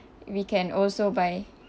we can also buy